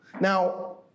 Now